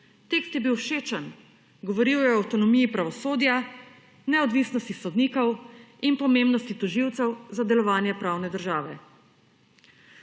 Tekst je bil všečen, govoril je avtonomiji pravosodja, neodvisnosti sodnikov in pomembnosti tožilcev za delovanje pravne države.